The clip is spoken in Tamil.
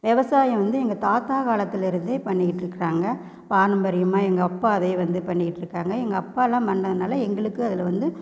விவசாயம் வந்து எங்கள் தாத்தா காலத்துலருந்தே பண்ணிக்கிட்டு இருக்குறாங்க பாரம்பரியமாக எங்கள் அப்பா அதே வந்து பண்ணிக்கிட்டு இருக்காங்க எங்கள் அப்பா எல்லாம் பண்ணுறதுனால எங்களுக்கு அதில் வந்து